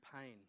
pain